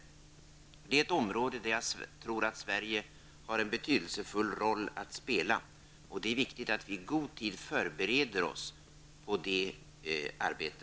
Detta är ett område där jag tror att Sverige har en betydelsefull roll att spela, och det är viktigt att vi i god tid förbereder oss inför detta arbete.